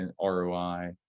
ROI